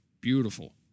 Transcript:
beautiful